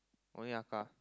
only Aka